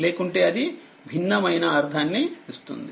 లేకుంటే అది భిన్నమైన అర్థాన్ని ఇస్తుంది